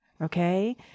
Okay